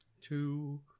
two